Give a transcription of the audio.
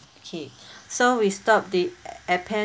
okay so we stop the appen